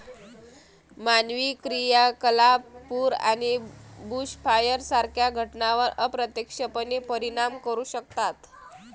मानवी क्रियाकलाप पूर आणि बुशफायर सारख्या घटनांवर अप्रत्यक्षपणे परिणाम करू शकतात